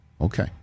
Okay